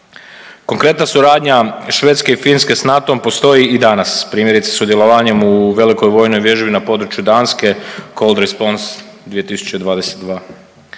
Konkretna suradnja Švedske i Finske s NATO-om postoji i danas. Primjerice, sudjelovanjem u velikoj vojnoj vježbi na području Danske, Cold Response 2022,